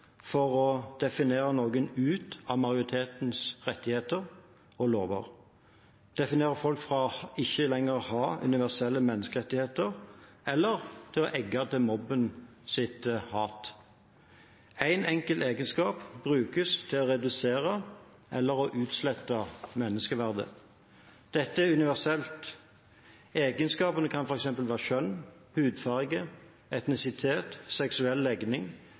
for å definere noen ut av majoritetens rettigheter og lover, definere folk til ikke lenger å ha universelle menneskerettigheter eller egge til mobbens hat. Én enkelt egenskap brukes til å redusere eller utslette menneskeverdet. Dette er universelt. Egenskapen kan være kjønn, hudfarge, etnisitet, seksuell legning,